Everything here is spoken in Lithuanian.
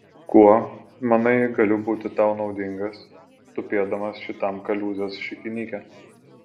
kuo manai galiu tau būti naudingas tupėdamas šitam kaliūzės šikinyke